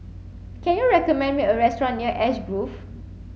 can you recommend me a restaurant near Ash Grove